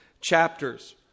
chapters